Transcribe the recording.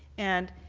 and